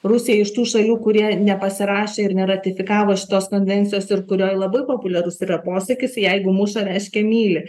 rusija iš tų šalių kurie nepasirašė ir neratifikavo šitos konvencijos ir kurioj labai populiarus yra posakis jeigu muša reiškia myli